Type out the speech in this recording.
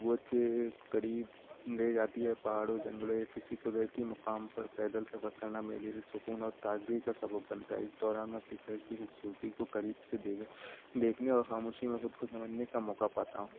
قدرت کے قریب لے جاتی ہے پہاڑوں جنگلوں یا کسی قدرتی مقام پر پیدل سفر کرنا می لیے سکون اور تازگی کا سبب بنتا ہے اس دوران میں فطر کی خوبصورتی کو قریب سے دیکھ دیکھنے اور خاموشی میں خود کو سمجھنے کا موقع پاتا ہوں